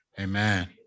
amen